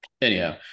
anyhow